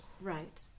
Right